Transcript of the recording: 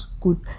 good